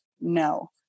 No